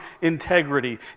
integrity